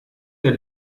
der